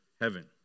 heaven